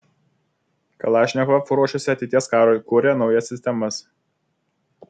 kalašnikov ruošiasi ateities karui kuria naujas sistemas